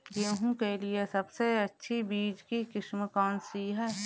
गेहूँ के लिए सबसे अच्छी बीज की किस्म कौनसी है?